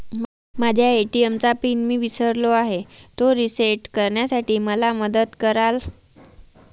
माझ्या ए.टी.एम चा पिन मी विसरलो आहे, तो रिसेट करण्यासाठी मला मदत कराल?